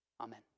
Amen